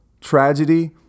tragedy